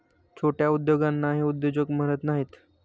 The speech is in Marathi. छोट्या उद्योगांना उद्योजक म्हणत नाहीत